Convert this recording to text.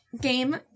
game